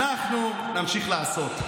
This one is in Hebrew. אתם תצעקו, אנחנו נמשיך לעשות.